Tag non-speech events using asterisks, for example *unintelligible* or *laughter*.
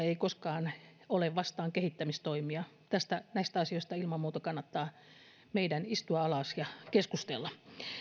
*unintelligible* ei koskaan ole kehittämistoimia vastaan näistä asioista ilman muuta kannattaa meidän istua alas ja keskustella